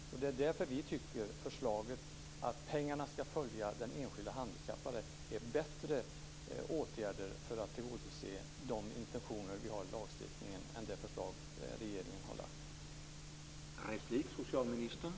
Det är därför som vi tycker att förslaget om att pengarna ska följa den enskilde handikappade för att man ska kunna tillgodose de intentioner som vi har i lagstiftningen är bättre än det förslag som regeringen har lagt fram.